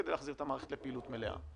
החינוך כדי להחזיר את המערכת לפעילות מלאה.